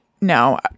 no